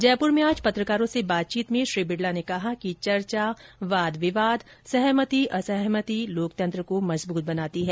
जयपुर में आज पत्रकारों से बातचीत में श्री बिडला ने कहा कि चर्चा वाद विवाद सहमति असहमति लोकतंत्र को मजबूत बनाती हैं